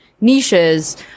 niches